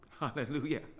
hallelujah